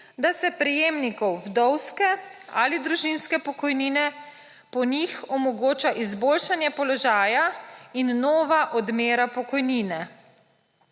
da se prejemniku(?) vdovske ali družinske pokojnine po njih omogoča izboljšanje položaja in nova odmera pokojnine.